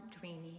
dreamy